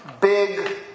big